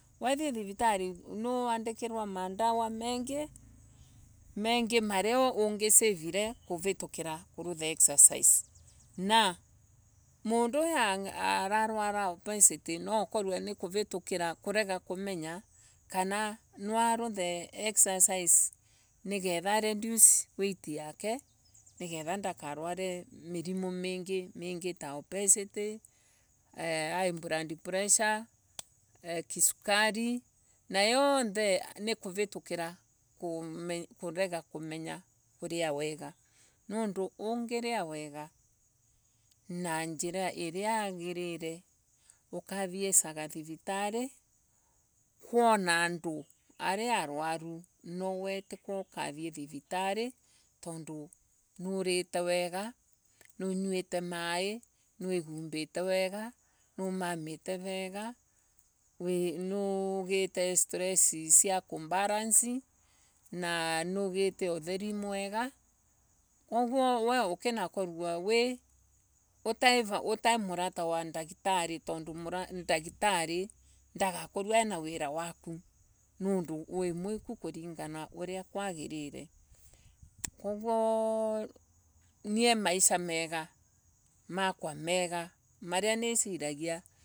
Wathii vivitari niwandikirwa mandawa mengi maria ungivarire. kuvitukira kurutha excercise na mundu huu uvarwara obesity. nokorwe nikuvitukira kurega kumenyo kara niaruthe excercise nigetha aredus weit yake niketha dakarware mirimu mingita obesity. high blad presha. kisukari na iyo yothe ni kuvitukira kurega kumenya kuria wega niundu unairia wega ukuthiisaga vivitari kuona andu aria arwaru. No we tiko ukathii vivitari tondu nurite wega ni unyuite mai. niwigumbire wega ni umamite vega no ugite stress sia kubalance na ni ugite utheri mwega koguo wi ukinakorwa utai murata wa ndagitari tondu wimwiku uria kwagirire koguo nie maisha mega Makwa mega maria niciragia.